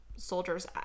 soldiers